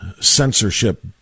censorship